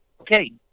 okay